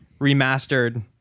remastered